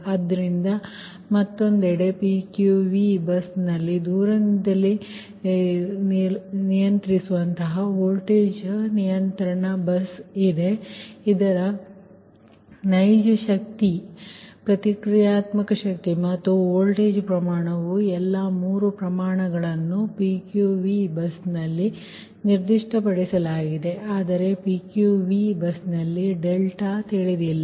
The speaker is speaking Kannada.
ಆದ್ದರಿಂದ ಮತ್ತೊಂದೆಡೆ PQV ಬಸ್ನಲ್ಲಿ ದೂರದಿಂದಲೇವೋಲ್ಟೇಜ್ ನಿಯಂತ್ರಣ ಬಸ್ ಇದೆ ಇದರ ನೈಜ ಶಕ್ತಿ ಪ್ರತಿಕ್ರಿಯಾತ್ಮಕ ಶಕ್ತಿ ಮತ್ತು ವೋಲ್ಟೇಜ್ ಪ್ರಮಾಣವು ಎಲ್ಲಾ 3 ಪ್ರಮಾಣಗಳನ್ನು PQV ಬಸ್ನಲ್ಲಿ ನಿರ್ದಿಷ್ಟಪಡಿಸಲಾಗಿದೆ ಆದರೆ PQV ಬಸ್ನಲ್ಲಿ ಡೆಲ್ಟಾ ತಿಳಿದಿಲ್ಲ